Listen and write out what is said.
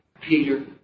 Peter